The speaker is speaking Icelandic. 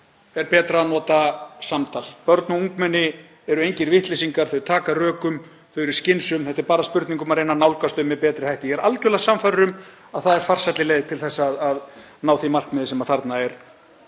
er betra að nota samtal. Börn og ungmenni eru engir vitleysingar. Þau taka rökum, þau eru skynsöm. Þetta er bara spurning um að reyna að nálgast þau með betri hætti. Ég er algerlega sannfærður um að það er farsælli leið til að ná því markmiði sem þarna er